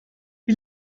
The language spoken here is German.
wie